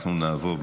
אנחנו נעבור,